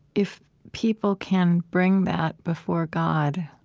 if people can bring that before god,